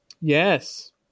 yes